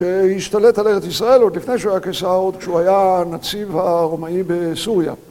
והשתלט על ארץ ישראל עוד לפני שהוא היה קיסר, עוד כשהוא היה הנציב הרומאי בסוריה.